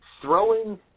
Throwing